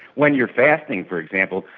when you are fasting, for example,